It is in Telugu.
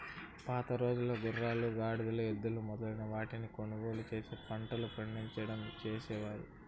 పాతరోజుల్లో గుర్రాలు, గాడిదలు, ఎద్దులు మొదలైన వాటిని కొనుగోలు చేసి పంటలు పండించడం చేసేవారు